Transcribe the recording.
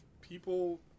people